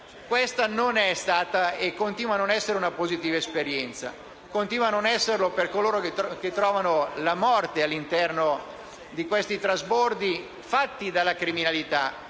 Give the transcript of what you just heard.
Questa non è stata, e continua a non essere, una positiva esperienza. Continua a non esserlo per coloro che trovano la morte all'interno dei trasbordi fatti dalla criminalità,